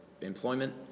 employment